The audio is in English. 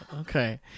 Okay